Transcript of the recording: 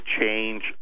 change